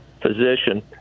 physician